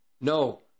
No